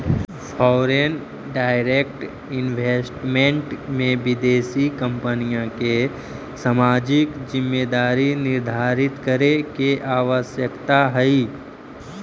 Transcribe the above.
foreign direct investment में विदेशी कंपनिय के सामाजिक जिम्मेदारी निर्धारित करे के आवश्यकता हई